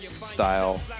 style